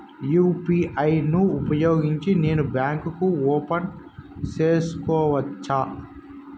UPI ను ఉపయోగించి నేను బ్యాంకు ఓపెన్ సేసుకోవచ్చా?